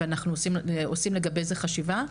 אבל אנחנו עדיין עושים לגבי זה חשיבה,